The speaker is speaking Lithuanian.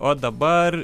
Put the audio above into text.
o dabar